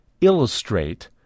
illustrate